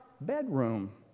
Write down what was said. bedroom